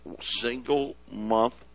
single-month